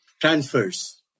transfers